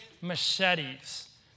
machetes